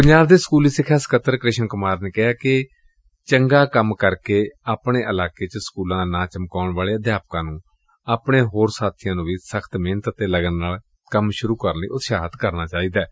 ਪੰਜਾਬ ਦੇ ਸਕੁਲੀ ਸਿਖਿਆ ਸਕੱਤਰ ਕ੍ਰਿਸ਼ਨ ਕੁਮਾਰ ਨੇ ਕਿਹਾ ਕਿ ਚੰਗਾ ਕੰਮ ਕਰਕੇ ਆਪਣੇ ਇਲਾਕੇ ਚ ਸਕੁਲਾ ਦਾ ਨਾਂ ਚਮਕਾਉਣ ਵਾਲੇ ਅਧਿਆਪਕਾਂ ਨੰ ਆਪਣੇ ਹੋਰ ਸਾਬੀਆਂ ਨੰ ਵੀ ਸਖ਼ਤ ਮਿਹਨਤ ਅਤੇ ਲਗਨ ਨਾਲ ਕੰਮ ਕਰਨ ਲਈ ਉਤਸ਼ਾਹਿਤ ਕਰਨਾ ਚਾਹੀਦਾ ਏ